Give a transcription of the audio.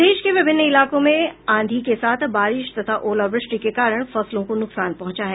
प्रदेश के विभिन्न इलाकों में आंधी के साथ बारिश तथा ओलावृष्टि के कारण फसलों को नुकसान पहुंचा है